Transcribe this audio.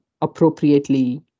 appropriately